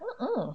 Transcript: (uh huh)